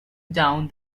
down